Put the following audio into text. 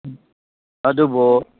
ꯎꯝ ꯑꯗꯨꯕꯨ